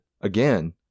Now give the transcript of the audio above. again